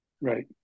Right